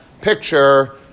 picture